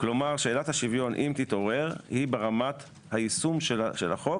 כלומר שאלת השוויון אם תתעורר היא ברמת היישום של החוק